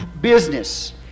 business